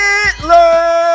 Hitler